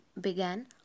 began